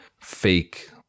fake